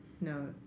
No